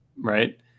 right